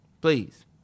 Please